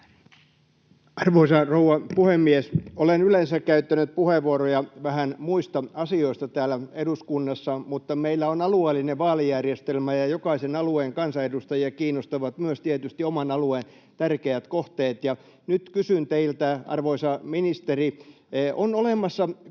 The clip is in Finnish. Arvoisa rouva puhemies! Olen yleensä käyttänyt puheenvuoroja vähän muista asioista täällä eduskunnassa, mutta meillä on alueellinen vaalijärjestelmä, ja jokaisen alueen kansanedustajia kiinnostavat myös tietysti oman alueen tärkeät kohteet. Nyt kysyn teiltä, arvoisa ministeri: On olemassa kohde,